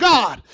God